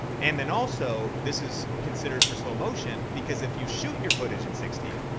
and then also, this is considered for slow motion because if you shoot your footage in sixty,